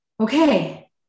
Okay